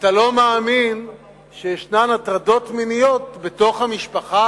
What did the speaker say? אתה לא מאמין שיש הטרדות מיניות בתוך המשפחה,